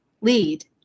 lead